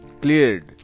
cleared